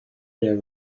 their